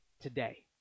today